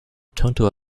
tonto